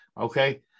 okay